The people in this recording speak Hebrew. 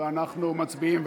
ואנחנו מצביעים.